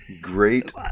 great